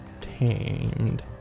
tamed